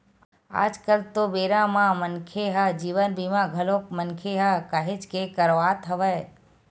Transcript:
आज कल तो बेरा म मनखे ह जीवन बीमा घलोक मनखे ह काहेच के करवात हवय